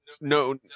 no